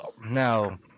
Now